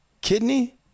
kidney